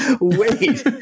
wait